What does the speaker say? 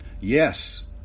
Yes